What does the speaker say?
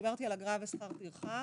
דיברתי על אגרה ושכר טרחה.